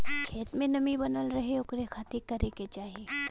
खेत में नमी बनल रहे ओकरे खाती का करे के चाही?